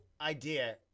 idea